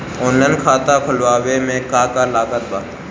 Online खाता खुलवावे मे का का लागत बा?